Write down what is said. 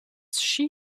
she